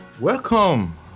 Welcome